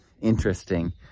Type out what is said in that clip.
interesting